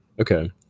Okay